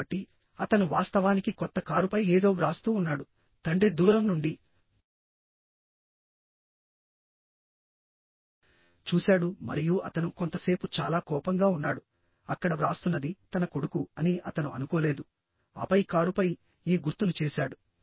కాబట్టి అతను వాస్తవానికి కొత్త కారుపై ఏదో వ్రాస్తూ ఉన్నాడు తండ్రి దూరం నుండి చూశాడు మరియు అతను కొంతసేపు చాలా కోపంగా ఉన్నాడు అక్కడ వ్రాస్తున్నది తన కొడుకు అని అతను అనుకోలేదు ఆపై కారుపై ఈ గుర్తును చేసాడు